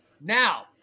Now